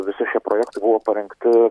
visi šie projektai buvo parengti